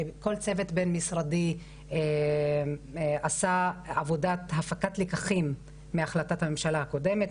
כל צוות בין משרדי עשה עבודת הפקת לקחים מהחלטת הממשלה הקודמת,